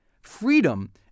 Freedom